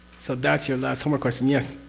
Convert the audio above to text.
so, that's your last homework question. yes?